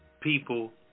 people